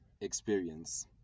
experience